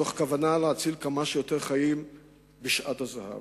מתוך כוונה להציל כמה שיותר חיים בשעת הזהב.